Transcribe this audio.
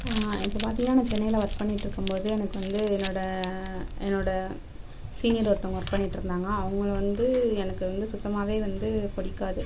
இப்போ பார்த்தீங்கன்னா நான் சென்னையில் ஒர்க் பண்ணிகிட்டு இருக்கும் போது எனக்கு வந்து என்னோட என்னோட சீனியர் ஒருத்தங்க ஒர்க் பண்ணிகிட்டு இருந்தாங்க அவங்கள வந்து எனக்கு வந்து சுத்தமாகவே வந்து பிடிக்காது